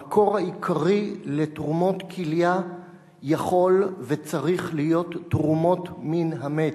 המקור העיקרי לתרומות כליה יכול וצריך להיות תרומות מן המת.